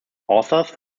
authors